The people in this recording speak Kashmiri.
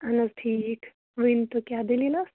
اہن حظ ٹھیٖک ؤنۍتو کیٛاہ دٔلیٖل ٲس